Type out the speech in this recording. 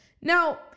Now